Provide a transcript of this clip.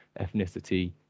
ethnicity